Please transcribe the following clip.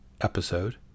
episode